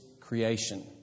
creation